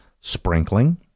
sprinkling